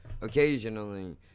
occasionally